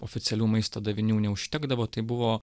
oficialių maisto davinių neužtekdavo tai buvo